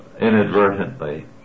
inadvertently